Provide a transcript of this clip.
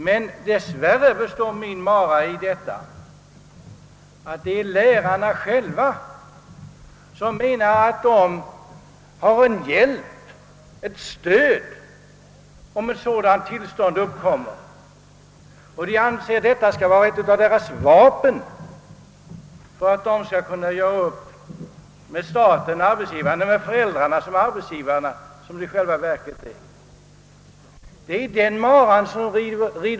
Men min mara består dess värre i att lärarna själva anser att de har en hjälp och ett stöd, om ett sådant tillstånd uppkommer, och anser att det är ett av deras vapen vid en uppgörelse med staten-arbetsgivaren — eller föräldrarna-arbetsgivarna, som det i själva verket är.